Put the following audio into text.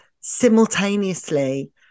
simultaneously